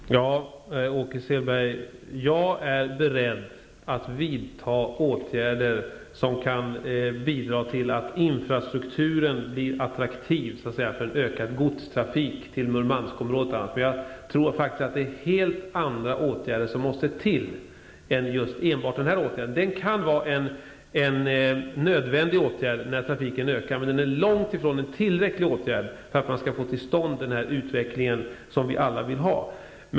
Fru talman! Ja, Åke Selberg, jag är beredd att vidta åtgärder som kan bidra till att infrastrukturen blir attraktiv för ökad godstrafik till bl.a. Murmanskområdet. Men jag tror faktiskt att helt andra åtgärder också måste till. Det kan vara en nödvändig åtgärd när trafiken ökar, men det är långt ifrån en tillräcklig åtgärd för att man skall få till stånd den utvecklingen, som vi alla vill ha.